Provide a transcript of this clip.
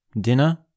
dinner